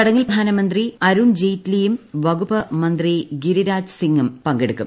ചടങ്ങിൽ ധനമന്ത്രി അരുൺ ജെയ്റ്റ്ലിയും വകുപ്പ് മന്ത്രി ഗിരിരാജ് സിങ്ങും പങ്കെടുക്കും